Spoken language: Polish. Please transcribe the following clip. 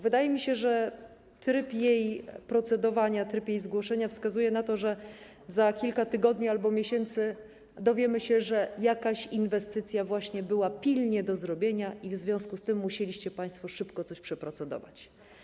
Wydaje mi się, że tryb procedowania nad nią, tryb jej zgłoszenia wskazuje na to, że za kilka tygodni albo miesięcy dowiemy się, że jakaś inwestycja była pilnie do zrobienia i w związku z tym musieliście państwo szybko coś przeprocedować.